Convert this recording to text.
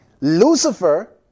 Lucifer